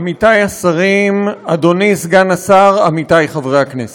עמיתי השרים, אדוני סגן השר, עמיתי חברי הכנסת,